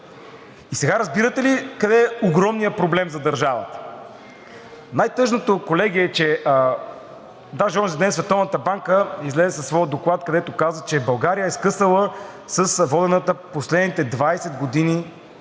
И сега разбирате ли къде е огромният проблем за държавата? Най-тъжното, колеги, е, че … даже онзиден Световната банка излезе със своя доклад, където каза, че България е скъсала с водената последните 20 години